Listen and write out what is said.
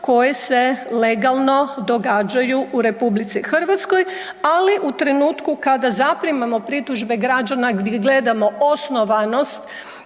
koje se legalno događaju u RH, ali u trenutku kada zaprimamo pritužbe građana gdje gledamo osnovanosti